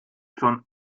schon